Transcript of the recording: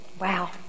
Wow